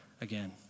again